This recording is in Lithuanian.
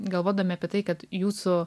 galvodami apie tai kad jūsų